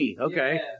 Okay